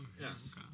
Yes